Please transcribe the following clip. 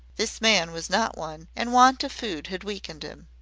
this man was not one, and want of food had weakened him.